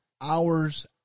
hours